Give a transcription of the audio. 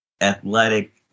athletic